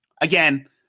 again